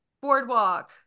boardwalk